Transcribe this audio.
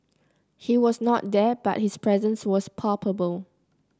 he was not there but his presence was palpable